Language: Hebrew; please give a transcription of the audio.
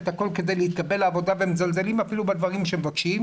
את הכול כדי להתקבל לעבודה ומזלזלים אפילו בדברים שמבקשים,